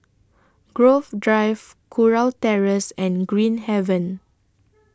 Grove Drive Kurau Terrace and Green Haven